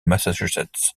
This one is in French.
massachusetts